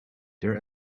their